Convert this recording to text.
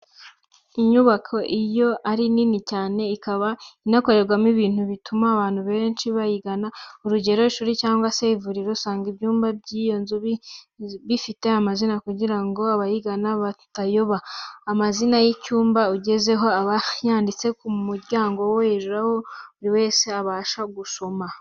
Inyubako iyo ari nini cyane ikaba inakorerwamo ibintu bituma abantu benshi bayigana, urugero ishuri cyangwa se ivuriro, usanga ibyumba by'iyo nzu bifite amazina kugira ngo abayigana batayoba. Amazina y'icyumba ugezeho aba yanditse ku muryango hejuru, aho buri wese abasha gusoma.